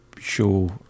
show